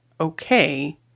okay